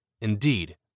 Indeed